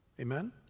Amen